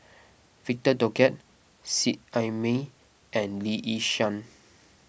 Victor Doggett Seet Ai Mee and Lee Yi Shyan